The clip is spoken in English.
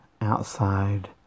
outside